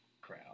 crowd